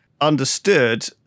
understood